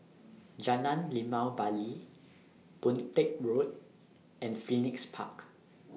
Jalan Limau Bali Boon Teck Road and Phoenix Park